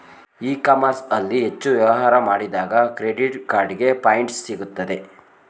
E commerce ಅಲ್ಲಿ ಹೆಚ್ಚು ವ್ಯವಹಾರ ಮಾಡಿದಾಗ ಕ್ರೆಡಿಟ್ ಕಾರ್ಡಿಗೆ ಪಾಯಿಂಟ್ಸ್ ಸಿಗುತ್ತದೆ